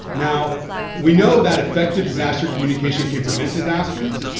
now we know that effective disaster communication can prevent disasters.